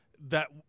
that-